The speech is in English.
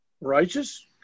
Righteous